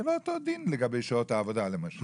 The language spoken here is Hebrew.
זה לא אותו דין לגבי שעות העבודה למשל,